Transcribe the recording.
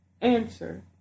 Answer